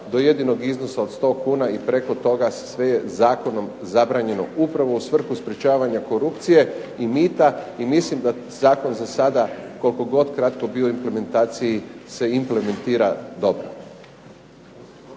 do jedinog iznosa od 100 kuna, i preko toga sve je zakonom zabranjeno upravo u svrhu sprečavanja korupcije i mita, i mislim da Zakon za sada koliko god kratko bio u implementaciji se implementira dobro.